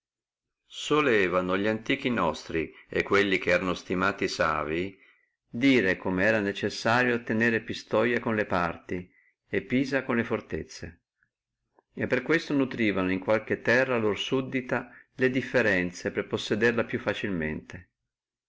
solevano li antiqui nostri e quelli che erano stimati savi dire come era necessario tenere pistoia con le parti e pisa con le fortezze e per questo nutrivano in qualche terra loro suddita le differenzie per possederle più facilmente